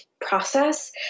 process